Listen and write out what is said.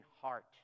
heart